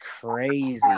crazy